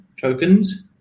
tokens